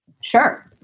Sure